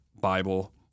bible